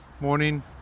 morning